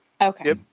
Okay